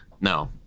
No